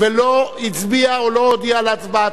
האם יש מישהו באולם שנוכח ולא הצביע או לא הודיע על הצבעתו?